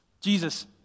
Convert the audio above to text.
Jesus